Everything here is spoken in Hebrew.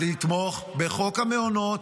לתמוך בחוק המעונות,